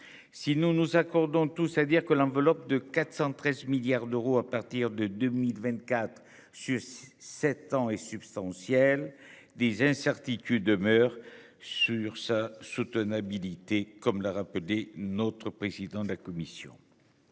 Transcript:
Si nous nous accordons tous à dire que l'enveloppe de 413 milliards d'euros à partir de 2024 sur 7 ans et substantielle des incertitudes demeurent sur sa soutenabilité comme l'a rappelé notre président de la commission.